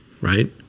right